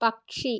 പക്ഷി